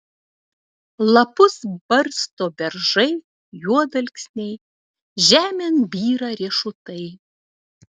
lapus barsto beržai juodalksniai žemėn byra riešutai